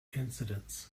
incidents